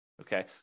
Okay